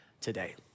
today